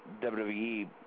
WWE